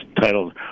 titled